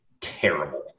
terrible